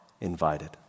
invited